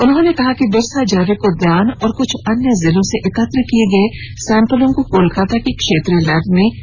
उन्होंने कहा कि बिरसा जैविक उद्यान और कुछ अन्य जिलों से एकत्र किए गए सैंपल को कोलकाता की क्षेत्रीय लैब में भेजा गया है